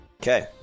okay